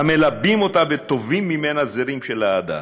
המלבים אותה וטווים ממנה זרים של אהדה.